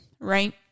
right